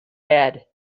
had